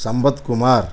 Sampathkumar